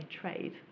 trade